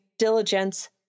diligence